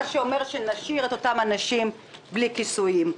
מה שאומר שנשאיר את אותם אנשים בלי כיסויים.